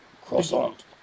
Croissant